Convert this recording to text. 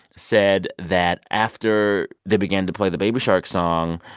said that after they began to play the baby shark song,